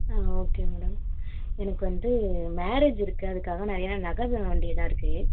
ஆ okay madam எனக்கு வந்து marriage இருக்கு அதற்காக நிறைய நான் நகை வாங்க வேண்டியதாக இருக்கு